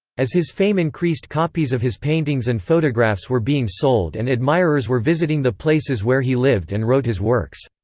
as his fame increased copies of his paintings and photographs were being sold and admirers were visiting the places where he lived and wrote his works.